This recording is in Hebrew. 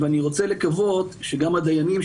ואני רוצה לקוות שגם הדיינים,